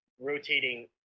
rotating